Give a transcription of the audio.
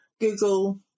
Google